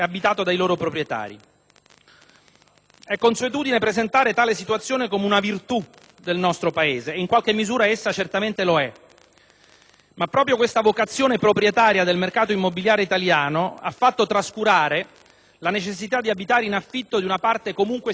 È consuetudine presentare tale situazione come una virtù del nostro Paese, e in qualche misura essa certamente lo è. Ma proprio questa vocazione «proprietaria» del mercato immobiliare italiano ha fatto trascurare la necessità di abitare in affitto di una parte comunque significativa del nostro popolo.